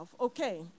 Okay